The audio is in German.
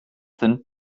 sind